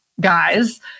guys